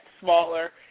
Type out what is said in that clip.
smaller